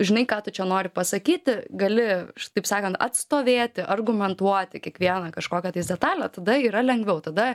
žinai ką tu čia nori pasakyti gali taip sakant atstovėti argumentuoti kiekvieną kažkokią tais detalę tada yra lengviau tada